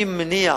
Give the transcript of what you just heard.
אני מניח